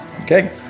Okay